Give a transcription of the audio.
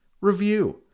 review